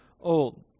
old